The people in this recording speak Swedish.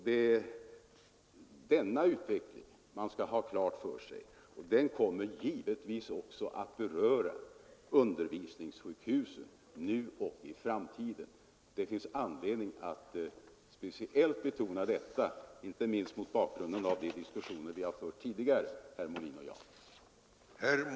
Det är denna utveckling man skall ha klar för sig. Den kommer givetvis också att beröra undervisningssjukhusen nu och i framtiden. Det finns anledning att speciellt betona detta, inte minst mot bakgrund av de diskussioner vi fört tidigare, herr Molin och jag.